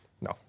No